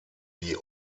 die